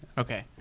okay.